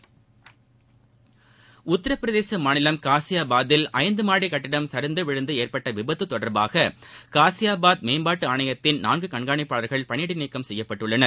ம் பி உத்தரப் பிரதேச மாநிலம் காசியாபாத்தில் ஐந்து மாடி கட்டிடம் சரிந்து விழுந்து ஏற்பட்ட விபத்து தொடர்பாக காசியாபாத் மேம்பாட்டு ஆணையத்தின் நான்கு கண்காணிப்பாளர்கள் பணியிடை நீக்கம் செய்யப்பட்டுள்ளனர்